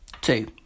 Two